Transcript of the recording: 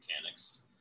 mechanics